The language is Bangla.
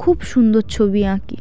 খুব সুন্দর ছবি আঁকি